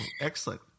excellent